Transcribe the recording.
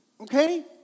Okay